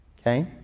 okay